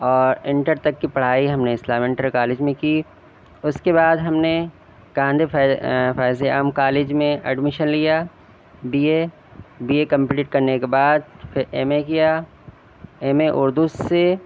اور انٹر تک کی پڑھائی ہم نے اسلامیہ انٹر کالج میں کی اس کے بعد ہم نے گاندھی فیض فیض عام کالج میں ایڈمشن لیا B A B A complete کرنے کے بعد پھر ایم اے کیا ایم اے اردو سے